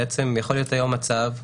יכול להיות היום מצב,